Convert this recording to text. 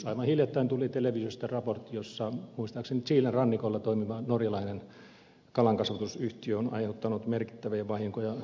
aivan hiljattain tuli televisiosta raportti jonka mukaan muistaakseni chilen rannikolla toimiva norjalainen kalankasvatusyhtiö on aiheuttanut merkittäviä vahinkoja